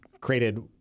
created